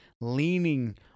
leaning